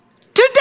today